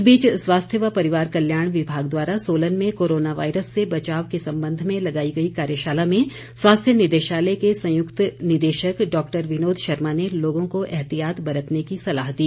इस बीच स्वास्थ्य व परिवार कल्याण विभाग द्वारा सोलन में कोरोना वायरस से बचाव के संबंध में लगाई गई कार्यशाला में स्वास्थ्य निदेशालय के संयुक्त निदेशक डॉक्टर विनोद शर्मा ने लोगों को एहतियात बरतने की सलाह दी